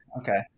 Okay